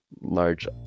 large